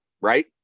right